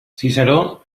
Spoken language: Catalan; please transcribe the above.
ciceró